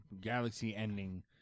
galaxy-ending